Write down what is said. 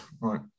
right